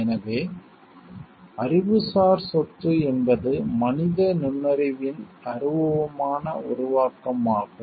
எனவே அறிவுசார் சொத்து என்பது மனித நுண்ணறிவின் அருவமான உருவாக்கம் ஆகும்